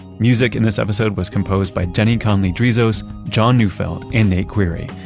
music in this episode was composed by jenny conlee drizos, jon neufeld, and nate query.